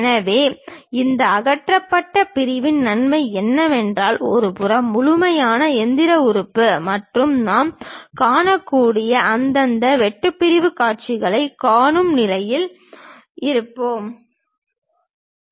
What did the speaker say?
எனவே இந்த அகற்றப்பட்ட பிரிவின் நன்மை என்னவென்றால் ஒருபுறம் முழுமையான இயந்திர உறுப்பு மற்றும் நாம் காணக்கூடிய அந்தந்த வெட்டு பிரிவுக் காட்சிகளைக் காணும் நிலையில் இருப்போம்